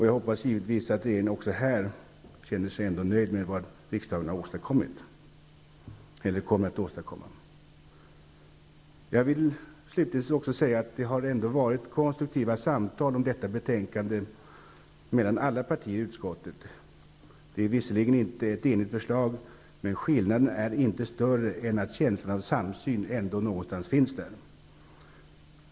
Jag hoppas givetvis att regeringen också härvidlag är nöjd med vad riksdagen kommer att åstadkomma. Jag vill slutligen också säga att det ändå mellan alla partier i utskottet har varit konstruktiva samtal om detta betänkande. Det är visserligen inte ett enigt förslag, men skillnaderna är inte större än att känslan av samsyn ändå finns där.